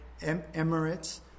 Emirates